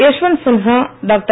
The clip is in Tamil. யஷ்வந்த் சின்ஹா டாக்டர்